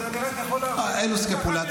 אז אני רק יכול --- אלה ספקולציות.